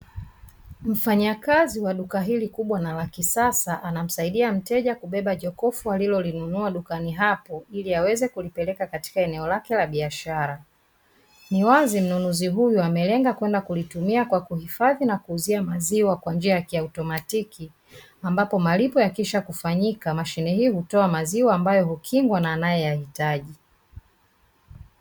Mfanyakazi wa duka hili kubwa na la kisasa anamsaidia mteja kubeba jokofu, alilolinunua dukani hapo ili aweze kulipeleka katika eneo lake la biashara. Ni wazi mnunuzi huyu amelenga kwenda kulitumia kwa kuhifadhi na kuuzia maziwa kwa njia ya kiautomatiki. Ambapo malipo yakishakufanyika mashine hii hutoa maziwa ambayo hukingwa na anayeyahitaji.